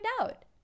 out